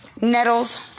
Nettles